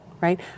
right